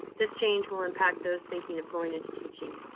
this change will impact those thinking of going into teaching.